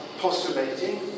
postulating